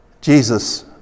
Jesus